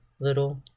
little